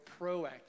proactive